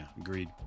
agreed